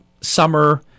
summer